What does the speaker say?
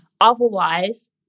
Otherwise